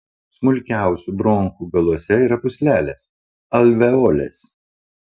smulkiausių bronchų galuose yra pūslelės alveolės